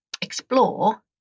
explore